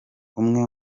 umwe